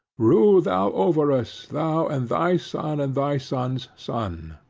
rule thou over us, thou and thy son and thy son's son.